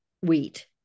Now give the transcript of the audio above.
wheat